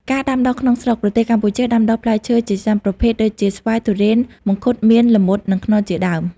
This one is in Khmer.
ការដាំដុះក្នុងស្រុក ប្រទេសកម្ពុជាដាំដុះផ្លែឈើជាច្រើនប្រភេទដូចជា ស្វាយ ធូរ៉េន មង្ឃុត មៀន ល្មុត និង ខ្នុរ ជាដើម។